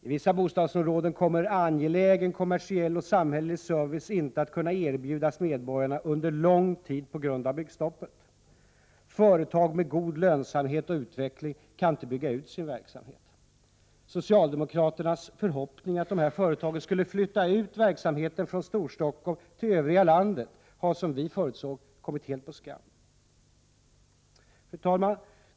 I vissa bostadsområden kommer angelägen kommersiell och samhällelig service inte att kunna erbjudas medborgarna under lång tid på grund av byggstoppet. Företag med god lönsamhet och utveckling kan inte bygga ut sin verksamhet. Socialdemokraternas förhoppning att dessa företag skulle flytta ut verksamheten från Storstockholm till övriga landet har, som vi förutsåg, kommit helt på skam. Fru talman!